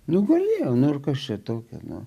nugulėjau nu ir kas čia tokia nu